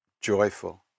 joyful